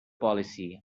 policy